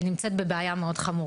נמצאת בבעיה מאוד חמורה.